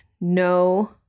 No